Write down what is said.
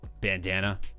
bandana